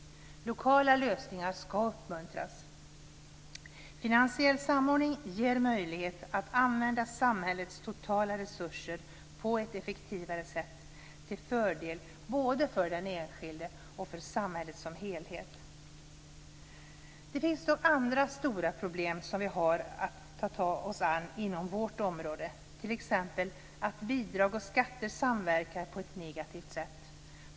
Lokala lösningar ska uppmuntras. Finansiell samordning ger möjlighet att använda samhällets totala resurser på ett effektivare sätt, till fördel både för den enskilde och för samhället som helhet. Det finns dock andra stora problem som vi har att ta oss an inom vårt område, t.ex. att bidrag och skatter samverkar på ett negativt sätt.